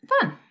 Fun